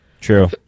true